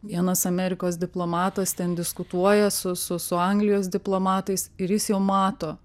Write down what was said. vienas amerikos diplomatas ten diskutuoja su su su anglijos diplomatais ir jis jau mato